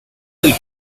del